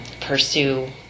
pursue